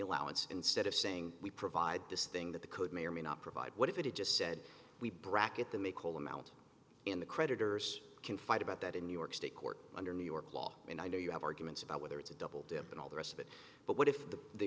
allowance instead of saying we provide this thing that the code may or may not provide what if it just said we bracket the make whole amount in the creditors can fight about that in new york state court under new york law and i know you have arguments about whether it's a double dip and all the rest of it but what if the